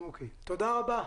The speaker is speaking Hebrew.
תודה רבה.